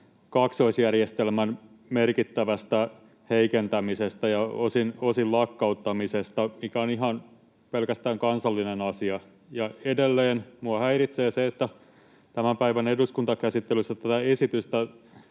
kaksoisjärjestelmän merkittävästä heikentämisestä ja osin lakkauttamisesta, joka on pelkästään kansallinen asia. Edelleen minua häiritsee se, että tämän päivän eduskuntakäsittelyssä tätä esitystä